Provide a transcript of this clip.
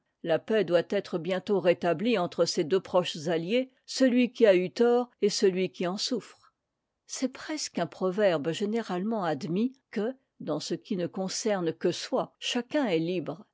la paix doit être bientôt rétablie entre ces deux proches alliés celui qui a eu tort et celui qui en souffre c'est presque un proverbe généralement admis que dans ce qui ne concerne que soi chacun est libre